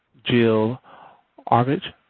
jill arbage,